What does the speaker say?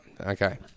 Okay